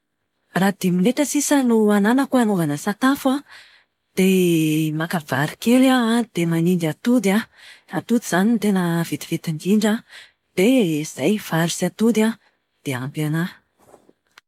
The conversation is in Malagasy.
Raha dimy minitra sisa no ananako anaovana sakafo an, dia maka vary kely aho an, dia manendy atody an, atody izany no tena vetivety indrindra. Dia izay, vary sy atody dia ampy anahy.